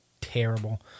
terrible